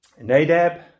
Nadab